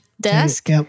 desk